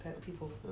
people